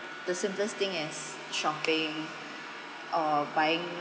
the simplest thing as shopping or buying